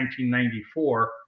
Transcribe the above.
1994